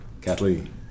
Kathleen